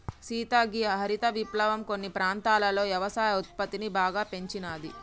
సీత గీ హరిత విప్లవం కొన్ని ప్రాంతాలలో యవసాయ ఉత్పత్తిని బాగా పెంచినాది